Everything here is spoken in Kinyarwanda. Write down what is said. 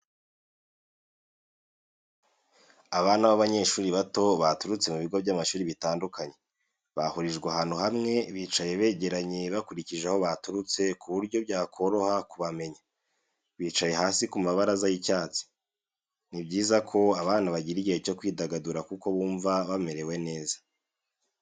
Abana b'abanyeshuri bato baturutse mu bigo by'amashuri bitandukanye, bahurijwe ahantu hamwe bicaye begeranye bakurikije aho baturutse ku buryo byakoroha kubamenya, bicaye hasi ku mabaraza y'icyatsi. Ni byiza ko abana bagira igihe cyo kwidagadura kuko bumva bamerewe neza.